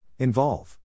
Involve